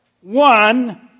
one